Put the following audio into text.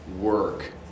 work